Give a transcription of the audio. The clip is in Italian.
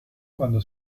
quando